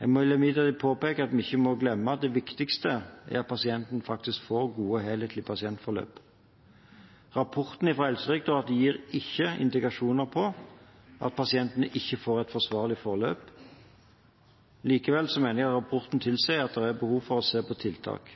Jeg må imidlertid påpeke at vi ikke må glemme at det viktigste er at pasienten får et godt og helhetlig pasientforløp. Rapporten fra Helsedirektoratet gir ikke indikasjoner på at pasientene ikke får et forsvarlig forløp. Likevel mener jeg at rapporten tilsier at det er behov for å se på tiltak.